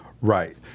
Right